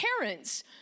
parents